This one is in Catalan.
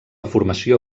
formació